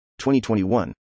2021